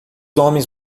homens